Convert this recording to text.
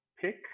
pick